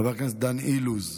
חבר הכנסת דן אילוז,